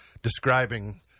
Describing